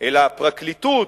אלא הפרקליטות,